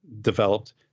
developed